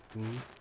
mm